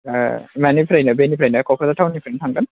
माने बेनिफ्रायनो क'क्राझार टाउन निफ्रायनो थांगोन